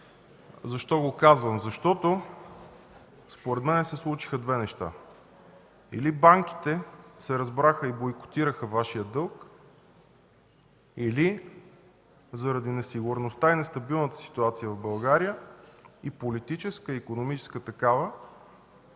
Защо го казвам? Защото според мен се случиха две неща. Или банките се разбраха и бойкотираха Вашия дълг, или заради несигурността и нестабилната ситуация в България – и политическа, и икономическа такава,